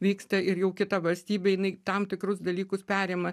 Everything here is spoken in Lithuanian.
vyksta ir jau kita valstybė jinai tam tikrus dalykus perima